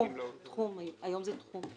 --- היום זה תחום.